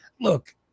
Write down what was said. Look